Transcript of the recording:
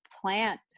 plant